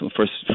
first